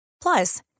Plus